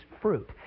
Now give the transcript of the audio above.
fruit